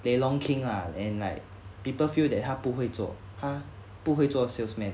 lelong king ah and like people feel that 他不会做不会做 salesman